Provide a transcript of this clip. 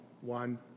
one